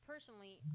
personally